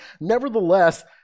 Nevertheless